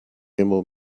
immer